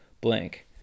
blank